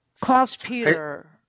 Klaus-Peter